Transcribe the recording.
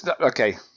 Okay